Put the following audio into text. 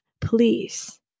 please